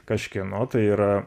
kažkieno tai yra